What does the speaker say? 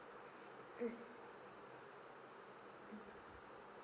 mm mm